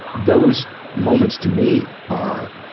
those moments, to me, are,